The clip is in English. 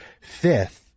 fifth